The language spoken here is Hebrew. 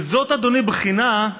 וזאת, אדוני, בחינה,